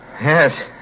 Yes